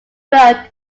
road